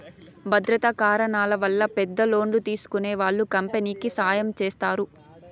భద్రతా కారణాల వల్ల పెద్ద లోన్లు తీసుకునే వాళ్ళు కంపెనీకి సాయం చేస్తారు